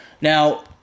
Now